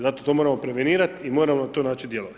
Zato to moramo prevenirat i moramo na taj način djelovat.